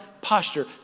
posture